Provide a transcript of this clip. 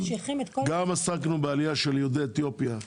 גם עסקנו בעלייה של יהודי אתיופיה,